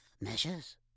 Measures